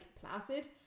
placid